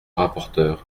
rapporteur